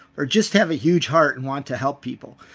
or just have a huge heart and want to help people.